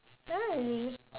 !huh! really